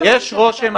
יש רושם,